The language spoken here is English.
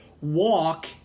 Walk